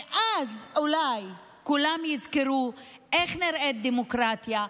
ואז אולי כולם יזכרו איך נראית דמוקרטיה,